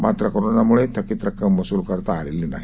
मात्रकोरोनामुळेथकीतरक्कमवसूलकरताआलेलीनाही